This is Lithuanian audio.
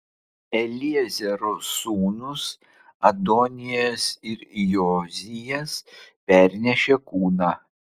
eliezero sūnūs adonijas ir jozijas pernešė kūną